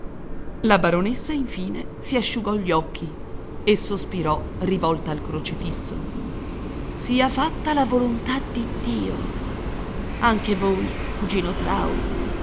la baronessa infine si asciugò gli occhi e sospirò rivolta al crocifisso sia fatta la volontà di dio anche voi cugino trao